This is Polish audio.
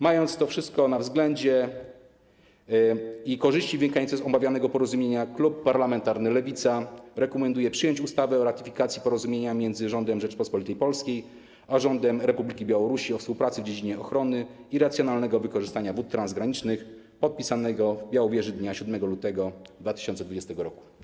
Mając na względzie to wszystko i korzyści wynikające z omawianego porozumienia, klub parlamentarny Lewica rekomenduje przyjęcie ustawy o ratyfikacji Porozumienia między Rządem Rzeczypospolitej Polskiej a Rządem Republiki Białorusi o współpracy w dziedzinie ochrony i racjonalnego wykorzystania wód transgranicznych, podpisanego w Białowieży dnia 7 lutego 2020 r.